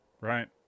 right